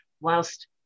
whilst